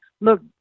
look